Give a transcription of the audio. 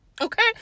Okay